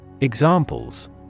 Examples